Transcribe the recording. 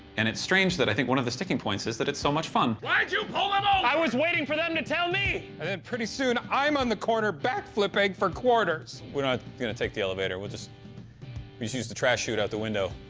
and it's strange that i think one of the sticking points is that it's so much fun. why did you pull them over? and i was waiting for them to tell me. and then pretty soon, i'm on the corner blackflipping for quarters. we're not going to take the elevator we'll just use use the trash chute out the window.